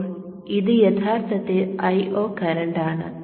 ഇപ്പോൾ ഇത് യഥാർത്ഥത്തിൽ Io കറന്റ് ആണ്